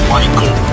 Michael